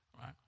right